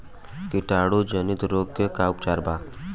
कीटाणु जनित रोग के का उपचार बा?